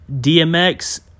DMX